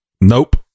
Nope